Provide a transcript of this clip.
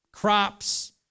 Crops